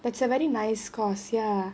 but it's a very nice course ya